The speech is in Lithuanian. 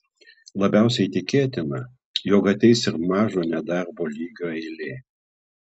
labiausiai tikėtina jog ateis ir mažo nedarbo lygio eilė